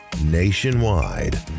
Nationwide